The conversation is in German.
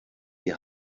die